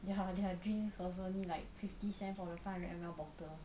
their their drinks was only like fifty cents for the five hundred M_L bottle